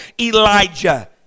elijah